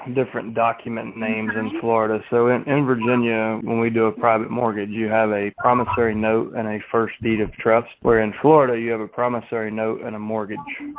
different document names in florida. so in in virginia, when we do a private mortgage, you have a promissory note and a first deed of trust. we're in florida you have a promissory note and a mortgage.